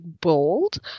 bold